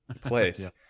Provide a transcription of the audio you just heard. place